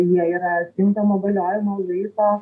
jie yra tinkamo galiojimo laiko